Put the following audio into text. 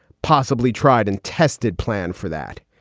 possibly tried and tested plan for that.